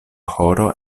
horo